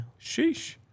Sheesh